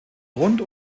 rund